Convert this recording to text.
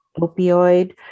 opioid